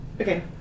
okay